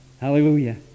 Hallelujah